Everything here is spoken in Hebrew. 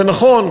זה נכון,